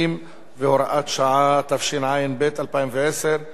התשע"ב 2012. חבר הכנסת חיים כץ,